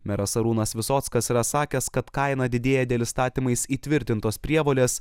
meras arūnas visockas yra sakęs kad kaina didėja dėl įstatymais įtvirtintos prievolės